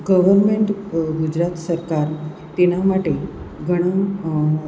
government Gujarat સરકાર તેના માટે ઘણાં